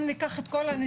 אם ניקח את כל הנסיבות,